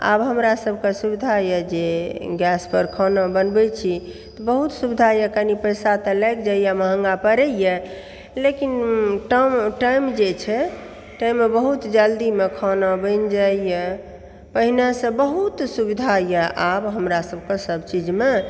आब हमरा सबके सुविधा यऽ जे गैस पर खाना बनबै छी बहुत सुविधा यऽ कनी पैसा तऽ लागि जाइ यऽ महंगा पड़ै यऽ लेकिन टाइम जे छै टाइम बहुत जल्दीमे खाना बनि जाइ यऽ पहिने सऽ बहुत सुविधा यऽ आब हमरा सब कऽ सब चीजमे